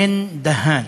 בן-דהן,